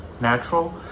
natural